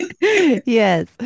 Yes